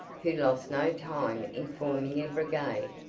who lost no time in forming a brigade,